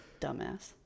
dumbass